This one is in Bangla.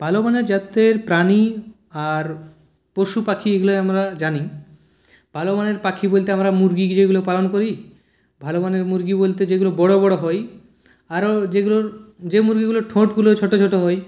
ভালোমানের জাতের প্রাণী আর পশুপাখি এগুলো আমরা জানি ভালোমানের পাখি বলতে আমরা মুরগি যেগুলো পালন করি ভালোমানের মুরগি বলতে যেগুলো বড়ো বড়ো হয় আরও যেগুলো যে মুরগিগুলোর ঠোঁটগুলো ছোটো ছোটো হয়